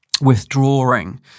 withdrawing